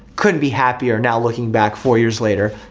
couldn't be happier now, looking back four years later.